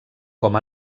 com